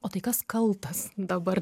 o tai kas kaltas dabar